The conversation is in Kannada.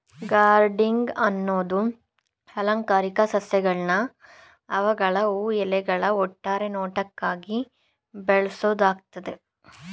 ಗಾರ್ಡನಿಂಗ್ ಅನ್ನದು ಅಲಂಕಾರಿಕ ಸಸ್ಯಗಳ್ನ ಅವ್ಗಳ ಹೂ ಎಲೆಗಳ ಒಟ್ಟಾರೆ ನೋಟಕ್ಕಾಗಿ ಬೆಳ್ಸೋದಾಗಯ್ತೆ